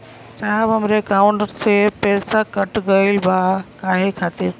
साहब हमरे एकाउंट से पैसाकट गईल बा काहे खातिर?